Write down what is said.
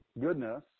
goodness